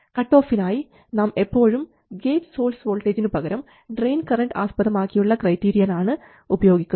cut ഓഫിനായി നാം എപ്പോഴും ഗേറ്റ് സോഴ്സ് വോൾട്ടേജിനു പകരം ഡ്രയിൻ കറൻറ് ആസ്പദമാക്കിയുള്ള ക്രൈറ്റീരിയൻ ആണ് ഉപയോഗിക്കുന്നത്